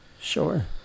Sure